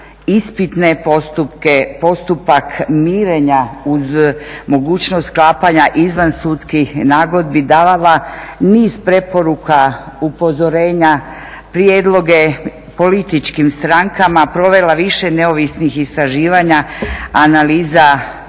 ispitne postupke, postupak mirenja uz mogućost sklapanja izvansudskih nagodbi, davala niz preporuka, upozorenja, prijedloge političkim strankama, provela više neovisnih istraživanja, analiza